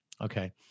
Okay